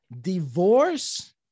Divorce